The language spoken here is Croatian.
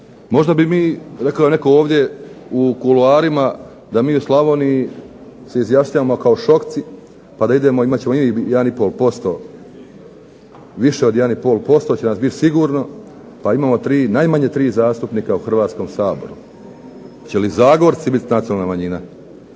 Možda bi mi rekao je netko ovdje u kuloarima, da mi u Slavoniji se izjašnjavamo kao Šokci, pa imat ćemo i mi jedan i pol posto, više od jedan i pol posto će nas biti sigurno pa imamo najmanje tri zastupnika u Hrvatskom saboru. Hoće li i Zagorci biti nacionalna manjina?